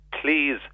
please